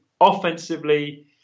offensively